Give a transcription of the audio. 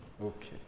Okay